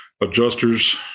adjusters